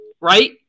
right